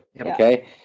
Okay